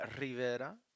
Rivera